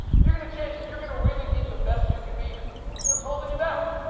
if you're going to change, if you're going to really be the best you can be, what's holding you back?